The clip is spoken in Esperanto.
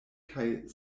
kaj